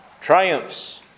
triumphs